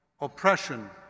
oppression